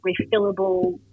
refillable